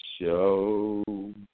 show